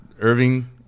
Irving